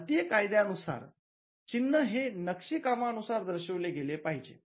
भारतीय कायद्या नुसार चिन्ह हे नक्षीकामानुसार दर्शवले गेले पाहिजे